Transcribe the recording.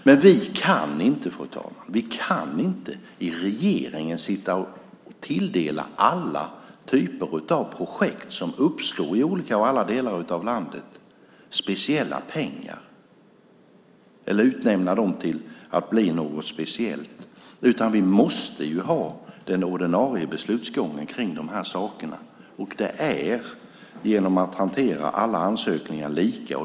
Regeringen kan inte tilldela alla typer av projekt som uppstår i olika delar av landet speciella pengar eller utnämna dem till något speciellt. Vi måste ha den ordinarie beslutsgången för detta, och det är att hantera alla ansökningar lika.